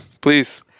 Please